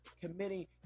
committing